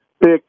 Big